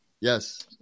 Yes